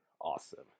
awesome